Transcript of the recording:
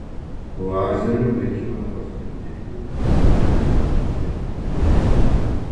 lazeriu naikinamos ne tik tatuiruotės bet ir pigmentinės dėmės